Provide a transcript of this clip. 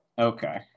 okay